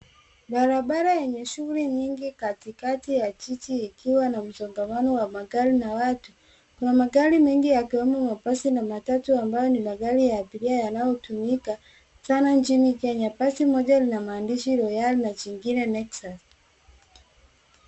Barabara yenye shughuli nyingi katikati ya jiji ikiwa na msongamano wa magari na watu. Kuna magari mengi yakiwemo mabasi na matatu ambayo ni magari ya abiria yanayotumika sana nchini Kenya. Basi moja lina maandishi Royale na jingine Lexus.